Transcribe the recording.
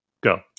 go